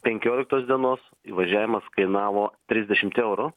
penkioliktos dienos įvažiavimas kainavo trisdešimt eurų